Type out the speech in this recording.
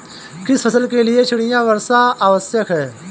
किस फसल के लिए चिड़िया वर्षा आवश्यक है?